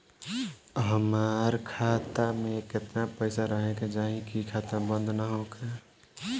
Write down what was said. हमार खाता मे केतना पैसा रहे के चाहीं की खाता बंद ना होखे?